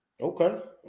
Okay